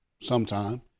sometime